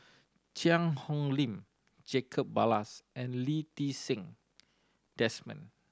Cheang Hong Lim Jacob Ballas and Lee Ti Seng Desmond